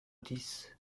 dix